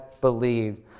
believed